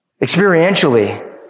experientially